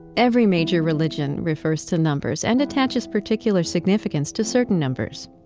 every major religion refers to numbers and attaches particular significance to certain numbers.